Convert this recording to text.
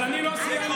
אבל אני לא סיימתי.